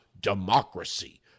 democracy